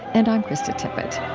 and i'm krista tippett